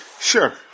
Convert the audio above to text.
Sure